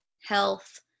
health